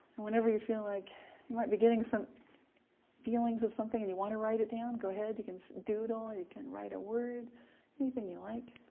whenever you feel like you might be getting some feelings of something and you want to write it down, go ahead. you can so doodle you can write a word anything you like.